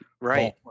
right